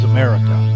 America